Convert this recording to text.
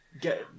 get